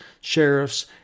sheriffs